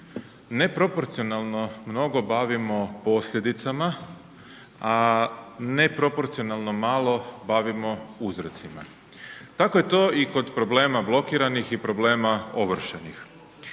neproporcionalno mnogo bavimo posljedicama a neproporcionalno malo bavimo uzrocima. Tako je to i kod problema blokiranih i problema ovršenih.